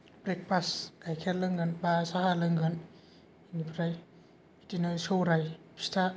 breakfast गाइखेर लोंगोन बा साहा लोंगोन बिनिफ्राय बिदिनो सौराय फिथा